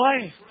life